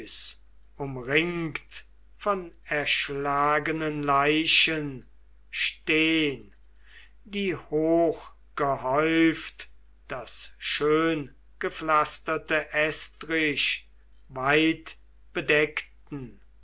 umringt von erschlagenen leichen stehn die hochgehäuft das schöngepflasterte estrich weit bedeckten